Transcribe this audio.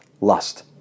lust